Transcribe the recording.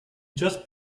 just